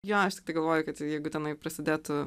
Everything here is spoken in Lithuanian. jo aš tiktai galvoju kad jeigu tenai prasidėtų